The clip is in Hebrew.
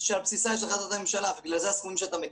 שעל בסיסה יש החלטת הממשלה ובגלל זה הסכומים שאתה מכיר.